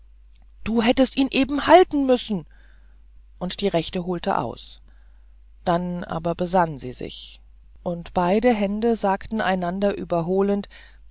du hättest ihn eben halten müssen und die rechte holte aus dann aber besann sie sich und beide hände sagten einander überholend